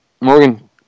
Morgan